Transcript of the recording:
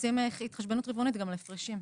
ועושים התחשבנות רבעונית גם על הפרשים.